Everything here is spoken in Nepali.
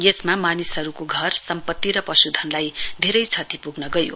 यसमा मानिसहरूको घर सम्पति र पशुधनलाई धेरै क्षति पुग्न गयो